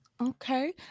Okay